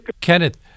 Kenneth